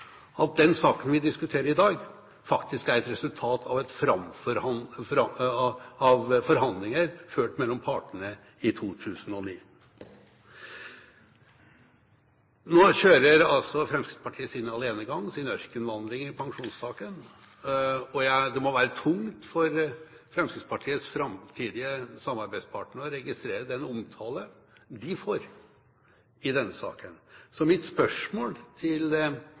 at den saken vi diskuterer i dag, faktisk er et resultat av forhandlinger mellom partene i 2009. Nå kjører altså Fremskrittspartiet sin alenegang – sin ørkenvandring – i pensjonssaken. Det må være tungt for Fremskrittspartiets framtidige samarbeidspartnere å registrere den omtale de får i denne saken. Så mitt spørsmål til